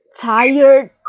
tired